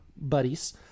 buddies